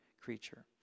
creature